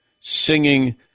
singing